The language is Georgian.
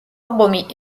ალბომი